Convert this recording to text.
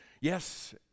Yes